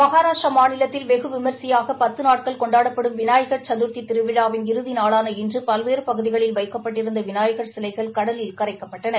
மகாராஷ்டிரா மாநிலத்தில் வெகு விமரிசையாக பத்து நாட்கள் கொண்டாடப்படும் விநாயகள் சதுர்த்தி திருவிழாவின் இறுதி நாளான இன்று பல்வேறு பகுதிகளில் வைக்கப்பட்டிருந்த விநாயகர் சிலைகள் கடலில் கரைக்கப்பட்டன